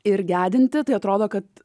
ir gedinti tai atrodo kad